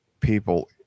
People